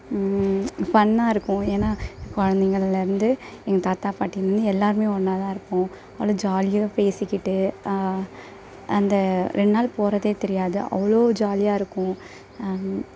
ஃபன்னாக இருக்கும் ஏன்னால் குழந்தைகள்லருந்து எங்கள் தாத்தா பாட்டிலேருந்து எல்லோருமே ஒன்றா தான் இருப்போம் அவ்வளோ ஜாலியாக பேசிக்கிட்டு அந்த ரெண்டு நாள் போவதே தெரியாது அவ்வளோ ஜாலியாக இருக்கும்